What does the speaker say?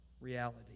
reality